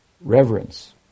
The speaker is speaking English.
reverence